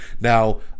Now